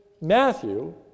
Matthew